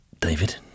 David